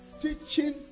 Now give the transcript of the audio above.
teaching